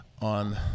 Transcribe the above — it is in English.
on